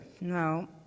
No